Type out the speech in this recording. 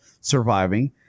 surviving